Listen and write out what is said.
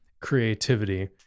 creativity